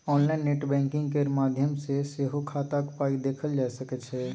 online net banking केर माध्यम सँ सेहो खाताक पाइ देखल जा सकै छै